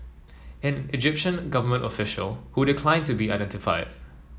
an Egyptian government official who declined to be identified